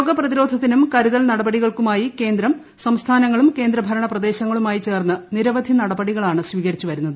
രോഗ പ്രതിരോധത്തിനും കരുതൽ നടപടികൾക്കുമായി കേന്ദ്രം സംസ്ഥാനങ്ങളും കേന്ദ്രഭരണ പ്രദേശങ്ങളുമായും ചേർന്ന് നിരവധി നടപടികളാണ് സ്വീകരിച്ചു വരുന്നത്